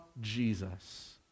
Jesus